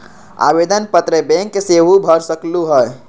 आवेदन पत्र बैंक सेहु भर सकलु ह?